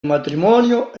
matrimonio